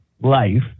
life